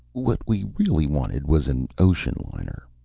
what we really wanted was an ocean liner.